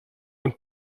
und